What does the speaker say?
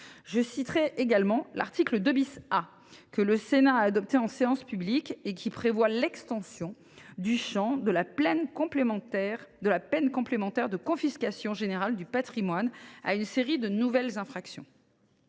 de même pour l’article 2 A, que le Sénat a adopté en séance publique et qui prévoit l’extension du champ de la peine complémentaire de confiscation générale du patrimoine à une série de nouvelles infractions.